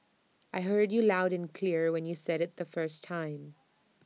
I heard you loud and clear when you said IT the first time